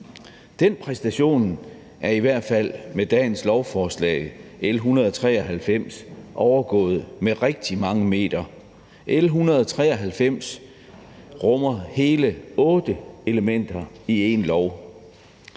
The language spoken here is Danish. Den præstation er i hvert fald med dette lovforslag, L 193, overgået med rigtig mange meter. L 193 rummer hele otte elementer i én lov.